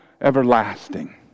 everlasting